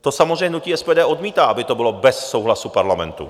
To samozřejmě hnutí SPD odmítá, aby to bylo bez souhlasu Parlamentu.